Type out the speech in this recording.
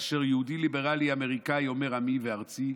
כאשר יהודי ליברלי אמריקאי אומר 'עמי' ו'ארצי',